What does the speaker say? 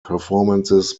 performances